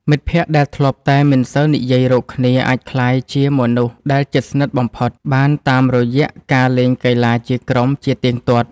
មិត្តភក្តិដែលធ្លាប់តែមិនសូវនិយាយរកគ្នាអាចក្លាយជាមនុស្សដែលជិតស្និទ្ធបំផុតបានតាមរយៈការលេងកីឡាជាក្រុមជាទៀងទាត់។